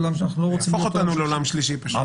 יהפוך אותנו לעולם שלישי פשוט.